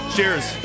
Cheers